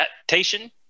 adaptation